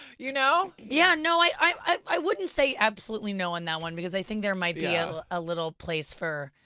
you know? yeah, no, i i wouldn't say absolutely no on that one, because i think there might be a ah little place for.